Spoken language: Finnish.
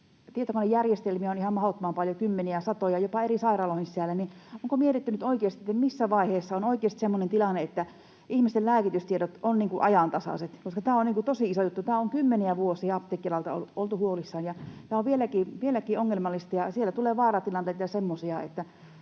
tietokonejärjestelmiä on ihan mahdottoman paljon, kymmeniä ja satoja, jopa eri sairaaloiden sisällä. Onko mietitty nyt oikeasti, missä vaiheessa on semmoinen tilanne, että ihmisten lääkitystiedot ovat ajantasaiset, koska tämä on tosi iso juttu? Tästä on kymmeniä vuosia apteekkialalla oltu huolissaan, ja tämä on vieläkin ongelmallista, ja siellä tulee vaaratilanteita ja semmoisia.